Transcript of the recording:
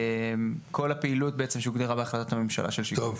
כל הפעילות שבעצם הוגדרה בהחלטת הממשלה ורק